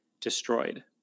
destroyed